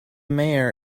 mayor